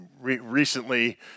Recently